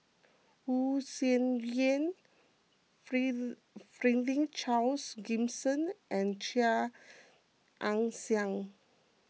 Wu Tsai Yen Franklin Charles Gimson and Chia Ann Siang